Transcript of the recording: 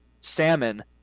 salmon